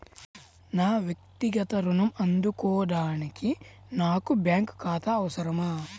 నా వక్తిగత ఋణం అందుకోడానికి నాకు బ్యాంక్ ఖాతా అవసరమా?